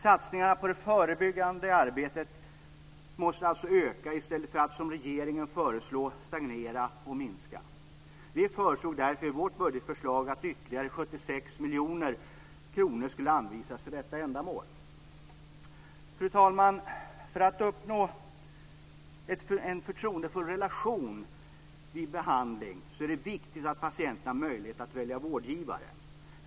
Satsningarna på det förebyggande arbetet måste alltså öka i stället för att, som regeringen föreslår, stagnera och minska. Vi föreslog därför i vårt budgetförslag ett ytterligare 76 miljoner kronor skulle anvisas för detta ändamål. Fru talman! För att man ska uppnå en förtroendefull relation vid behandling är det viktigt att patienten har möjlighet att välja vårdgivare.